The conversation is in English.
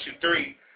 three